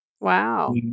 Wow